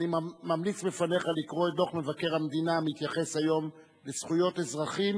אני ממליץ בפניך לקרוא את דוח מבקר המדינה המתייחס היום לזכויות אזרחים,